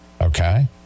Okay